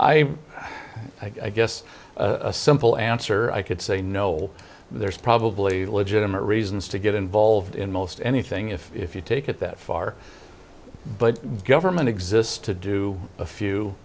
i guess a simple answer i could say no there's probably legitimate reasons to get involved in most anything if you take it that far but government exists to do a few